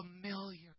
familiar